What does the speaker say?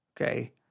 Okay